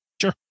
Sure